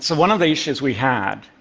so one of the issues we had,